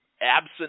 absent